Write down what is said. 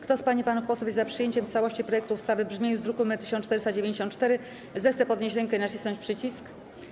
Kto z pań i panów posłów jest za przyjęciem w całości projektu ustawy w brzmieniu z druku nr 1494, zechce podnieść rękę i nacisnąć przycisk.